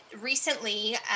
recently